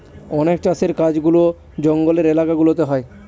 অনেক চাষের কাজগুলা জঙ্গলের এলাকা গুলাতে হয়